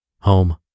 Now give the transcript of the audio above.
Home